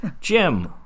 Jim